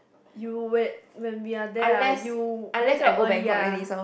you would when we are there ah you wake up early ah